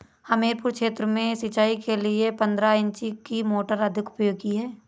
हमीरपुर क्षेत्र में सिंचाई के लिए पंद्रह इंची की मोटर अधिक उपयोगी है?